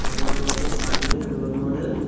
আমার মতে পাখিদের রোল মডেল